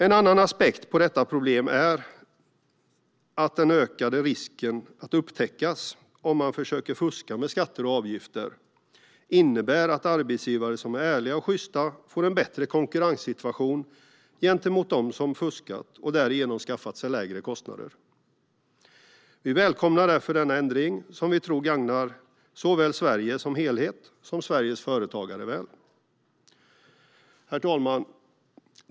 En annan aspekt på problemet är att den ökade risken att upptäckas om man försöker fuska med skatter och avgifter innebär att arbetsgivare som är ärliga och sjysta får en bättre konkurrenssituation gentemot dem som fuskat och därigenom skaffat sig lägre kostnader. Vi välkomnar därför denna ändring, som vi tror gagnar såväl Sverige som helhet som Sveriges företagare väl. Herr talman!